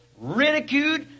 ridiculed